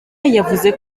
yavuze